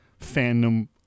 fandom